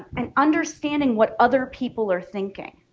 and understanding what other people are thinking.